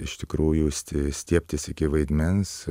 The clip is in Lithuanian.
iš tikrųjų sti stiebtis iki vaidmens